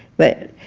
but when